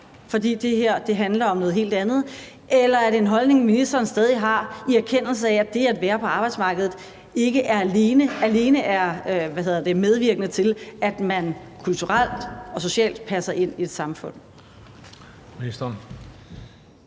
fordi det her handler om noget helt andet? Eller er det en holdning, ministeren stadig har, i erkendelse af at det at være på arbejdsmarkedet ikke alene er medvirkende til, at man kulturelt og socialt passer ind i et samfund?